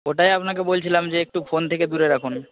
ওটাই আপনাকে বলছিলাম যে একটু ফোন থেকে দূরে রাখুন